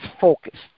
focus